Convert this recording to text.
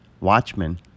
Watchmen